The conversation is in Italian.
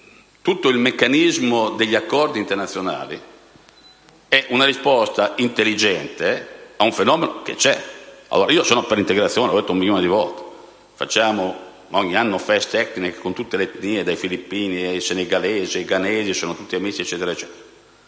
tutto il meccanismo degli accordi internazionali è una risposta intelligente a un fenomeno esistente. Io sono per l'integrazione, come ho detto un milione di volte. Facciamo ogni anno feste etniche con tutte le etnie, dai filippini ai senegalesi, dai ghanesi ai cinesi, sono tutti amici. Ma